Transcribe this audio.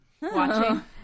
Watching